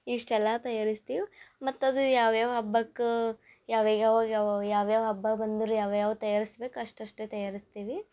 ಇಷ್ಟೆಲ್ಲ ತಯಾರಿಸ್ತೀವಿ ಮತ್ತು ಅದು ಯಾವ್ಯಾವ ಹಬ್ಬಕ್ಕೆ ಯಾವಾಗ್ ಯಾವಾಗ ಯಾವಾಗ ಯಾವ್ಯಾವ ಹಬ್ಬ ಬಂದ್ರೆ ಯಾವ ಯಾವ ತಯಾರಿಸ್ಬೇಕು ಅಷ್ಟಷ್ಟೇ ತಯಾರಿಸ್ತೀವಿ